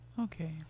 Okay